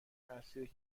تاثیر